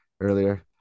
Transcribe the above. earlier